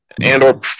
Andor